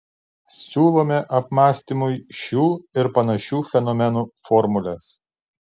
siūlome apmąstymui šių ir panašių fenomenų formules